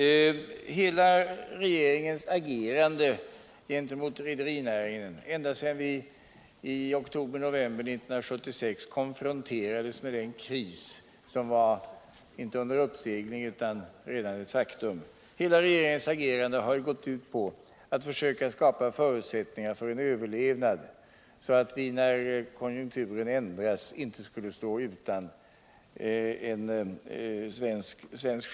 Hela regeringens agerande gentemot rederinäringen, ända sedan vi i oktober-november 1976 konfronterades med den kris som var inte under uppsegling utan redan ett faktum, har ju gått ut på att försöka skapa förutsättningar för en överlevnad, så att vi när konjunkturen ändras inte skulle stå utan svensk shipping.